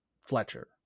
fletcher